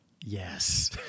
Yes